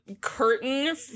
curtain